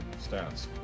stats